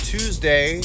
Tuesday